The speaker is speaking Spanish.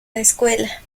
escuela